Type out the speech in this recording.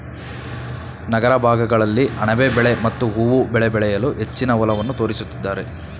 ನಗರ ಭಾಗಗಳಲ್ಲಿ ಅಣಬೆ ಬೆಳೆ ಮತ್ತು ಹೂವು ಬೆಳೆ ಬೆಳೆಯಲು ಹೆಚ್ಚಿನ ಒಲವನ್ನು ತೋರಿಸುತ್ತಿದ್ದಾರೆ